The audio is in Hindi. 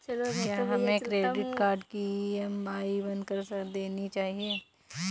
क्या हमें क्रेडिट कार्ड की ई.एम.आई बंद कर देनी चाहिए?